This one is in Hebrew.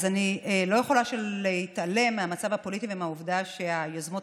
אז אני לא יכולה להתעלם מהמצב הפוליטי ומהעובדה שהיוזמות